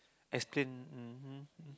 explain mm